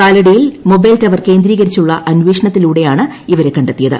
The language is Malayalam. കാലടിയിൽ മൊബൈൽ ടവർ കേന്ദ്രീകരിച്ചുള്ള അന്വേഷണത്തിലൂടെയാണ് ഇവരെ കണ്ടെത്തിയത്